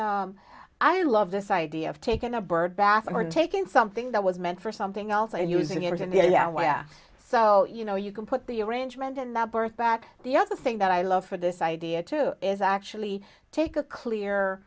is i love this idea of taking a birdbath or taking something that was meant for something else and using it and yeah so you know you can put the arrangement and the birth back the other thing that i love for this idea too is actually take a clear